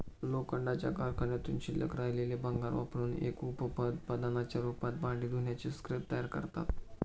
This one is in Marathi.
लोखंडाच्या कारखान्यातून शिल्लक राहिलेले भंगार वापरुन एक उप उत्पादनाच्या रूपात भांडी धुण्याचे स्क्रब तयार करतात